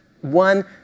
one